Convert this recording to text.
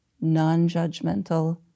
non-judgmental